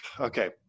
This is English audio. okay